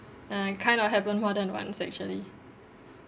uh it kind of happened more than once actually